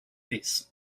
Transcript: this